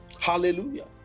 Hallelujah